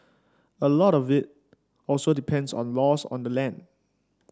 a lot of it also depends on laws of the land